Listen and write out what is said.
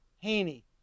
Haney